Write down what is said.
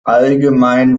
allgemein